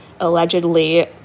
allegedly